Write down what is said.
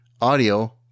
Audio